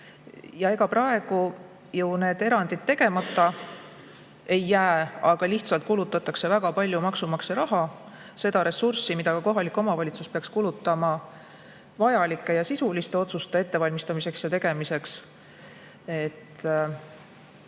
Ega praegu ju need erandid tegemata ei jää, aga lihtsalt kulutatakse väga palju maksumaksja raha, seda ressurssi, mida kohalik omavalitsus peaks kulutama vajalike ja sisuliste otsuste ettevalmistamiseks ja tegemiseks.